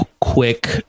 quick